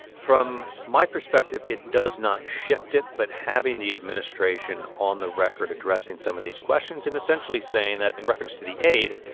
from my perspective, it does not shift it. but having the administration on the record addressing some of these questions and essentially saying that, in reference to the aid,